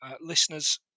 Listeners